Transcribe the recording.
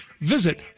Visit